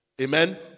Amen